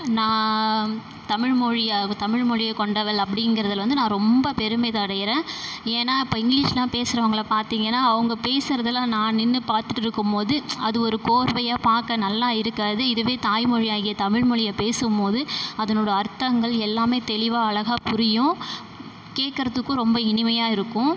நான் தமிழ்மொழியை வ தமிழ்மொழியை கொண்டவள் அப்படிங்கறதுல வந்து நான் ரொம்ப பெருமிதம் அடைகிறேன் ஏன்னால் இப்போது இங்கிலிஷ்லாம் பேசுறவங்களை பார்த்தீங்கன்னா அவுங்க பேசுகிறதுல நான் நின்று பார்த்துட்டு இருக்கும் மோது அது ஒரு கோர்வையா பார்க்க நல்லா இருக்காது இதுவே தாய்மொழியாகிய தமிழ்மொழிய பேசும் போது அதனோட அர்த்தங்கள் எல்லாமே தெளிவாக அழகாக புரியும் கேட்குறத்துக்கும் ரொம்ப இனிமையாக இருக்கும்